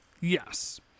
Yes